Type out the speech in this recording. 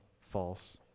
false